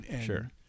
sure